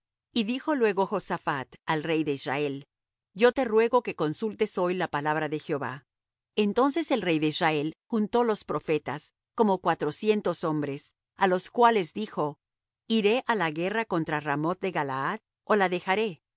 y dijo luego josaphat al rey de israel yo te ruego que consultes hoy la palabra de jehová entonces el rey de israel juntó los profetas como cuatrocientos hombres á los cuales dijo iré á la guerra contra ramoth de galaad ó la dejaré y